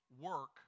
work